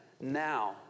now